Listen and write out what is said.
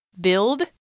build